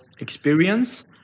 experience